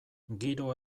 giro